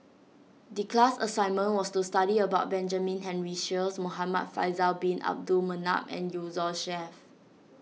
the class assignment was to study about Benjamin Henry Sheares Muhamad Faisal Bin Abdul Manap and Yusnor Ef